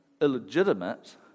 illegitimate